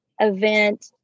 event